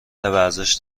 ورزش